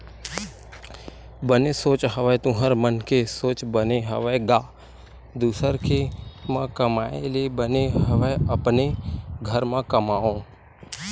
बने सोच हवस तुँहर मन के सोच बने हवय गा दुसर के म कमाए ले बने हवय अपने घर म कमाओ